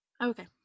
Okay